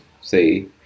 say